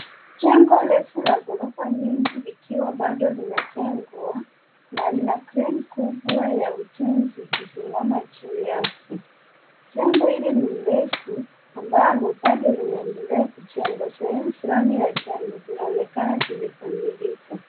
Jengo refu la ghorofa nyingi likiwa bado linajengwa na lina crane kubwa ya ujenzi ikisimama juu yake. Jengo hilo ni refu ambalo bado linaendelea kujengwa. Sehemu fulani za jengo zinaonekana zimekamilika.